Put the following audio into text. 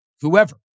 whoever